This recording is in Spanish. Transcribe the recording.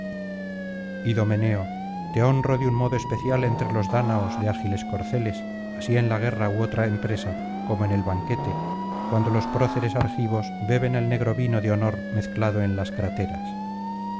idomeneo te honro de un modo especial entre los dáñaos de ágiles corceles así en la guerra ú otra empresa como en el banquete cuando los proceres argivos beben el negro vino de honor mezclado en las cráteras